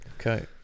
Okay